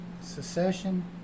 secession